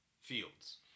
Fields